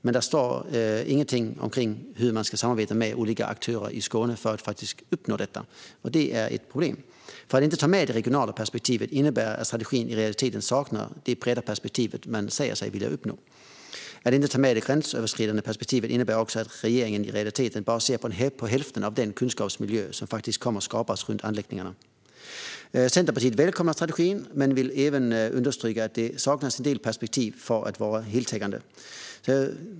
Men det står ingenting om hur man ska samarbeta med olika aktörer i Skåne för att faktiskt uppnå detta, och det är ett problem. Att inte ta med det regionala perspektivet innebär att strategin i realiteten saknar det breda perspektiv man säger sig vilja uppnå. Att inte ta med det gränsöverskridande perspektivet innebär också att regeringen i realiteten bara ser på hälften av den kunskapsmiljö som faktiskt kommer att skapas runt anläggningarna. Centerpartiet välkomnar strategin men vill även understryka att det saknas en del perspektiv för att vara heltäckande.